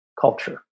Culture